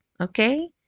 Okay